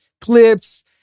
clips